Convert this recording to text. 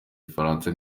igifaransa